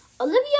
Olivia